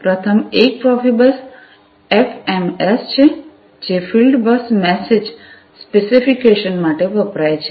પ્રથમ એક Profibus FMS છે જે ફીલ્ડબસ મેસેજ સ્પેસિફિકેશન માટે વપરાય છે